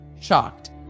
shocked